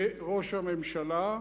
וראש הממשלה,